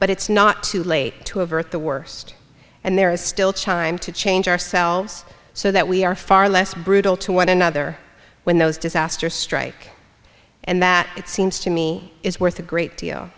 but it's not too late to avert the worst and there is still chyme to change ourselves so that we are far less brutal to one another when those disasters strike and that it seems to me is worth a great deal